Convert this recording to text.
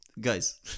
Guys